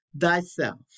thyself